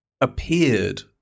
appeared